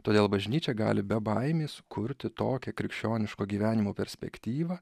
todėl bažnyčia gali be baimės kurti tokią krikščioniško gyvenimo perspektyvą